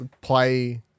Play